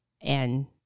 and-